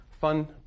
fun